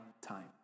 time